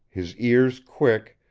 his ears quick,